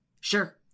Sure